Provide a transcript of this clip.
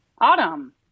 Autumn